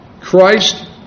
Christ